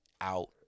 out